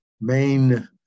main